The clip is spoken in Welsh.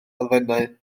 elfennau